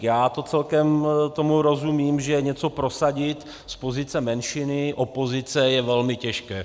Já tomu celkem rozumím, že něco prosadit z pozice menšiny, opozice, je velmi těžké.